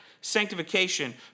sanctification